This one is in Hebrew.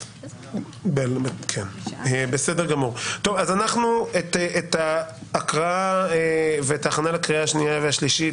אנחנו את ההקראה ואת ההכנה לקריאה השנייה והשלישית,